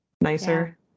nicer